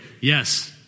Yes